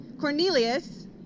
Cornelius